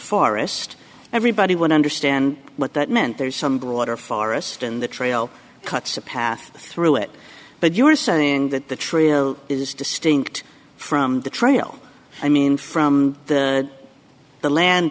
forest everybody would understand what that meant there's some broader forest in the trail cuts a path through it but you are saying that the trail is distinct from the trail i mean from the